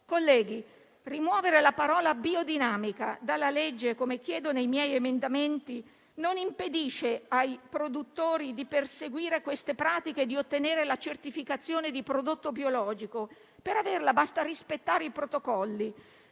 Colleghi, rimuovere la parola biodinamica dal disegno di legge, come chiedono i miei emendamenti, non impedisce ai produttori di perseguire queste pratiche e ottenere la certificazione di prodotto biologico (per averla basta rispettare i protocolli),